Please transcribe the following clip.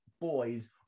boys